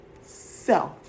self